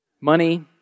Money